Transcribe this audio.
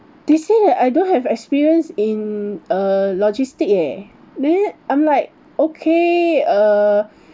they say that I don't have experience in uh logistic leh then I'm like okay uh